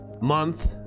month